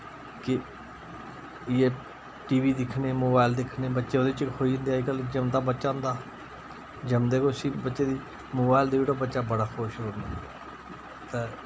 कि इयै टीवी दिक्खने मोबाइल दिक्खने बच्चे उदे च खोई जन्दे अजकल्ल जमदा बच्चा होंदा जमदे गै उस्सी बच्चे दी मोबाइल देई ओड़ो बच्चा बड़ा खुश रोह्नदा ते